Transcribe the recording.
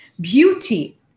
Beauty